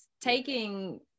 taking